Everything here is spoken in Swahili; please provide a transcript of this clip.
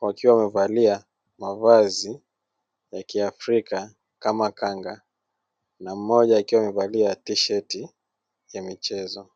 wakiwa wamevalia mavazi ya kiafrika kama kanga na mmoja akiwa amevalia tisheti ya michezo.